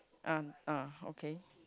uh uh okay